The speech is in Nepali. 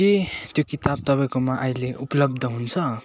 के त्यो किताब तपाईँकोमा अहिले उपलब्ध हुन्छ